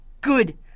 Good